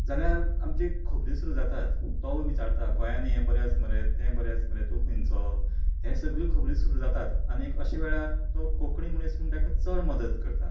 जाल्यार आमची खबरी सुरू जातात तो विचारता गोंयांन यें बरें आस मरे तें बरें आस मरे तूं खंयचो हें सगली खबरी सुरू जातात आनीक अशे वेळार तो कोंकणी मनीस म्हण तेका चड मदत करता